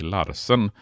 Larsen